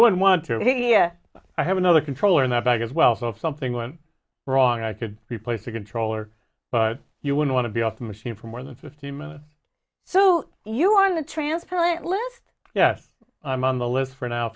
anyone want to hear i have another controller in that bag as well so if something went wrong i could replace the controller but you would want to be off the machine for more than fifteen minutes so you want the transplant list yes i'm on the list for now